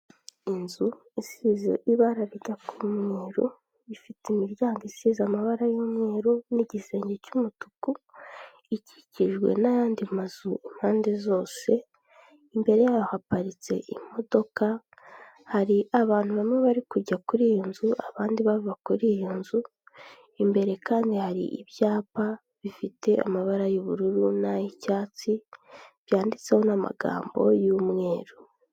Inzu isize ibara rijya kuba umweru, ifite imiryango isize amabara y'umweru n'igisenge cy'umutuku, ikikijwe n'ayandi mazu impande zose, imbere yaho haparitse imodoka, hari abantu bamwe bari kujya kuri iyo nzu abandi bava kuri iyo nzu, imbere kandi hari ibyapa bifite amabara y'ubururu n'ay'icyatsi, byanditseho n'amagambo y'umweru.